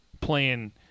playing